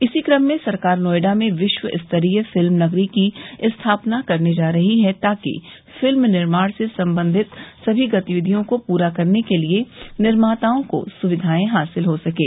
इसी कम में सरकार नोयडा में विश्वस्तरीय फ़िल्म नगरी की स्थापना करने जा रही है ताकि फ़िल्म निर्माण से संबंधित सभी गतिविधियों को पूरा करने के लिए निर्माताओं को सुविधाएं हासिल हो सकें